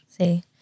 See